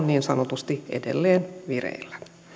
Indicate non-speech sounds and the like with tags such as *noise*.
*unintelligible* niin sanotusti edelleen vireillä